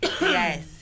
yes